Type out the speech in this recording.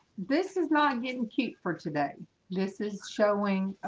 this is not getting keep for today this is showing